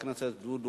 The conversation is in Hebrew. נתקבלה.